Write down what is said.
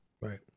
Right